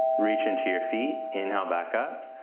reach into your feet, inhale back up.